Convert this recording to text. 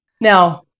Now